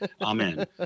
Amen